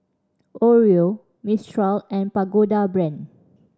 Oreo Mistral and Pagoda Brand